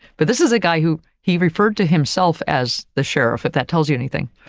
but this is a guy who he referred to himself as the sheriff, if that tells you anything.